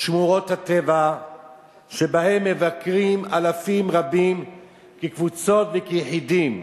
שמורות הטבע שמבקרים בהן אלפים רבים כקבוצות וכיחידים,